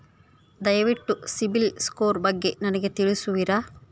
ದಯವಿಟ್ಟು CIBIL score ಬಗ್ಗೆ ನನಗೆ ತಿಳಿಸುವಿರಾ?